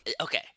Okay